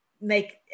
make